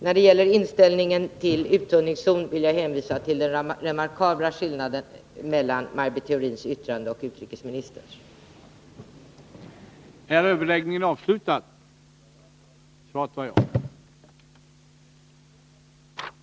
När det gäller inställningen till en uttunningszon vill jag hänvisa till den remarkabla skillnaden mellan Maj Britt Theorins och utrikesministerns yttranden.